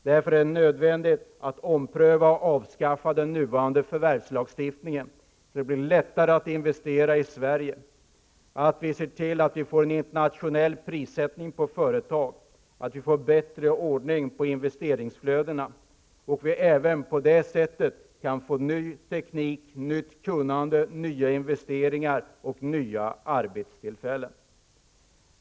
Därför är det nödvändigt att ompröva och avskaffa den nuvarande förvärvslagstiftningen, så att det blir lättare att investera i Sverige, att se till att vi får en internationell prissättning på företag, att vi får bättre ordning på investeringsflödena och vi även på det sättet kan få ny teknik, nytt kunnande, nya investeringar och nya arbetstillfällen.